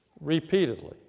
Repeatedly